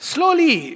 Slowly